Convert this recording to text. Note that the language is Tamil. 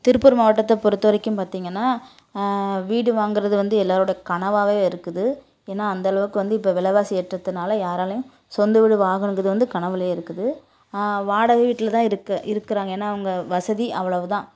திருப்பூர் மாவட்டத்தை பொறுத்த வரைக்கும் பார்த்திங்கன்னா வீடு வாங்குறது வந்து எல்லாரோடய கனவாகவே இருக்குது ஏனால் அந்தளவுக்கு வந்து இப்போ விலைவாசி ஏற்றத்தினால யாராலையும் சொந்த வீடு வாங்கணும்கிறது வந்து கனவிலேயே இருக்குது வாடகை வீட்டில் தான் இருக்க இருக்கிறாங்க ஏனால் அவங்க வசதி அவ்வளோவுதான்